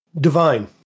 Divine